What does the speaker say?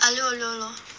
aglio olio lor